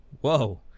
whoa